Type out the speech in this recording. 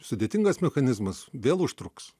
sudėtingas mechanizmas vėl užtruks